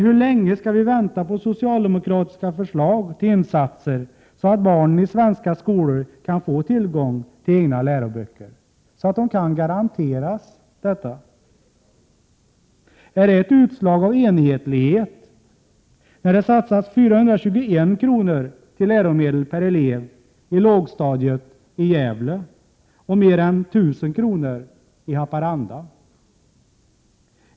Hur länge skall vi vänta på socialdemokratiska förslag till insatser, så att barnen i svenska skolor kan garanteras tillgång till egna läroböcker? Är det ett utslag av enhetlighet, när det satsas 421 kr. till läromedel per elev i lågstadiet i Gävle och mer än 1 000 kr. i Haparanda?